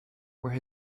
while